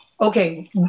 Okay